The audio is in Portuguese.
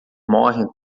morrem